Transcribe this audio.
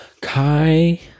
Kai